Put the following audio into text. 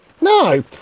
no